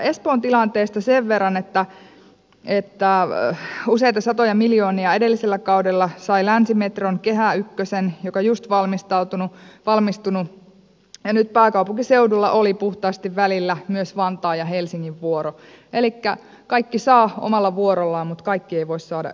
espoon tilanteesta sen verran että edellisellä kaudella useita satoja miljoonia saivat länsimetro ja kehä ykkönen jonka remontti on juuri valmistunut ja nyt pääkaupunkiseudulla oli puhtaasti välillä myös vantaan ja helsingin vuoro elikkä kaikki saavat omalla vuorollaan mutta kaikki eivät voi saada yhtä aikaa